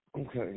okay